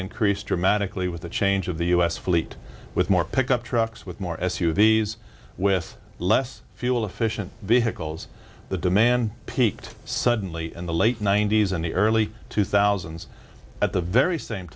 increased dramatically with the change of the u s fleet with more pickup trucks with more su these with less fuel efficient vehicles the demand peaked suddenly in the late ninety's and the early two thousand at the very same